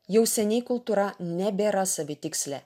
jau seniai kultūra nebėra savitikslė